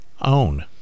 own